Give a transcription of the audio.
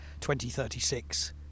2036